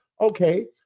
okay